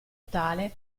tale